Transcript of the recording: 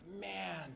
man